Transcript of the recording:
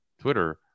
Twitter